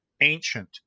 ancient